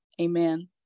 Amen